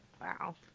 Wow